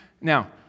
Now